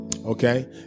Okay